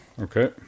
okay